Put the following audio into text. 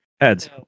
heads